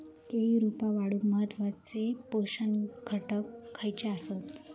केळी रोपा वाढूक महत्वाचे पोषक घटक खयचे आसत?